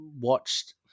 watched